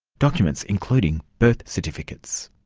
documents including birth certificates.